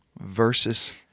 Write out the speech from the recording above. versus